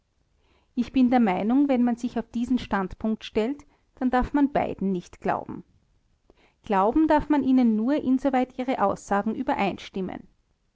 ich bin der meinung wenn man sich auf diesen standpunkt stellt dann darf man beiden nicht glauben glauben darf man ihnen nur insoweit ihre aussagen übereinstimmen